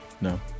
No